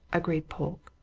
agreed polke.